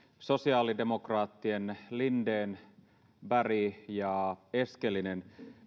sosiaalidemokraattien linden berg ja eskelinen